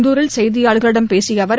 இந்தூரில் செய்தியாளர்களிடம் பேசிய அவர்